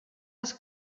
les